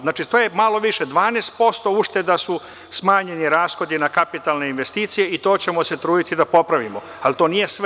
Znači, to je malo više, 12% ušteda su smanjeni rashodi na kapitalne investicije i to ćemo se truditi da popravimo, ali to nije sve.